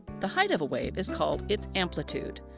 the height of a wave is called its amplitude.